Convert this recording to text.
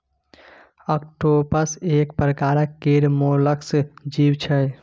octopus एक परकार केर मोलस्क जीव छै